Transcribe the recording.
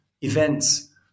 events